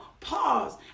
pause